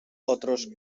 otros